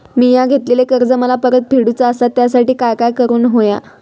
मिया घेतलेले कर्ज मला परत फेडूचा असा त्यासाठी काय काय करून होया?